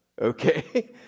okay